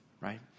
right